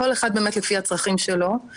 כל אחד לפי הצרכים שלו,